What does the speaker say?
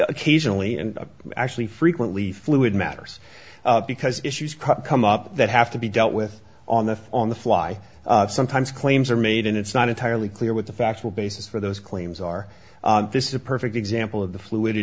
occasionally and actually frequently fluid matters because issues come up that have to be dealt with on the on the fly sometimes claims are made and it's not entirely clear what the factual basis for those claims are this is a perfect example of the flu